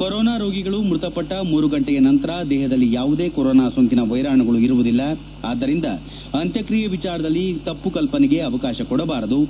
corona ರೋಗಿಗಳು ಮೃತಪಟ್ಟ ಮೂರು ಗಂಟೆಯ ನಂತರ ದೇಹದಲ್ಲಿ ಯಾವುದೇ ಕೊರೊನಾ ಸೋಂಕಿನ ವೈರಾಣುಗಳು ಇರುವುದಿಲ್ಲ ಆದ್ದರಿಂದ ಅಂತ್ಯಕ್ರಿಯೆ ವಿಚಾರದಲ್ಲಿ ತಪ್ಪು ಕಲ್ಪನೆಗೆ ಅವಕಾಶ ಕೊಡಬಾರದು